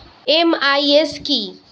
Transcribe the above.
MIS কি?